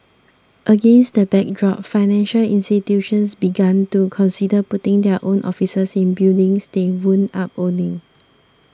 against that backdrop financial institutions began to consider putting their own offices in buildings they wound up owning